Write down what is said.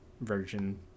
version